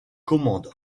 commandes